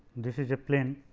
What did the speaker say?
this is a plane